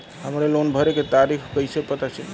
हमरे लोन भरे के तारीख कईसे पता चली?